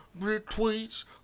retweets